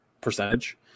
percentage